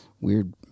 Weird